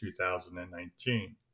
2019